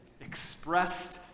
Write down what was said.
expressed